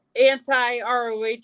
anti-ROH